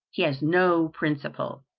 he has no principle.